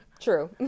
true